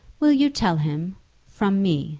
will you tell him from me,